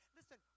Listen